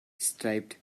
striped